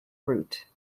route